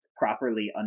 properly